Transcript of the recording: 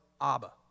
Abba